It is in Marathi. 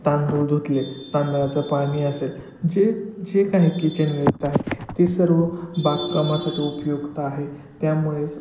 तांदूळ धुतले तांदळाचं पाणी असेल जे जे काही किचन वेस्ट आहे ते सर्व बाग कामासाठी उपयुक्त आहे त्यामुळेच